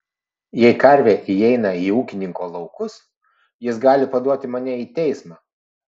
jei karvė įeina į ūkininko laukus jis gali paduoti mane į teismą